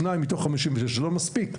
שניים מתוך 56 זה לא מספיק.